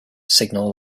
signal